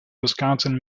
wisconsin